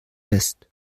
west